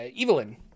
Evelyn